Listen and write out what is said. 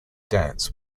dance